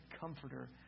Comforter